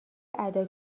ادا